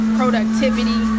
productivity